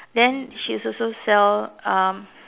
then she's also sell um